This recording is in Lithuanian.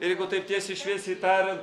jeigu taip tiesiai šviesiai tariant